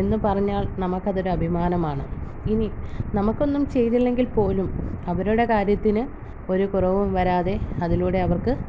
എന്ന് പറഞ്ഞാൽ നമുക്കതൊരു അഭിമാനമാണ് ഇനി നമുക്കൊന്നും ചെയ്തില്ലെങ്കിൽ പോലും അവരുടെ കാര്യത്തിന് ഒരു കുറവും വരാതെ അതിലൂടെ അവർക്ക്